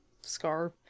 Scar